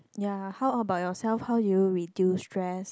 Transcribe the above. ya how about yourself how do you reduce stress